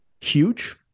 huge